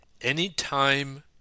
Anytime